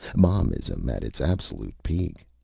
momism at its absolute peak.